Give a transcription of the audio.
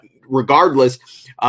regardless